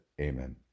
Amen